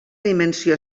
dimensió